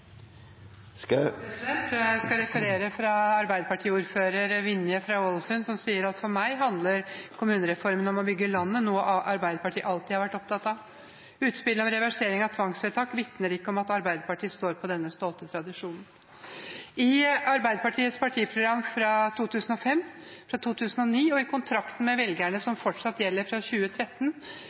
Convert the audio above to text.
skal referere fra Arbeiderparti-ordfører Vinje Aurdal fra Ålesund, som sier: «For meg handler dette om å bygge landet, noe Arbeiderpartiet alltid har vært opptatt av. Utspillet om reversering av tvangstiltak vitner ikke om at Ap står på denne stolte tradisjonen.» I Arbeiderpartiets partiprogram fra 2005, fra 2009 og i kontrakten med velgerne som fortsatt gjelder, fra 2013,